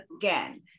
again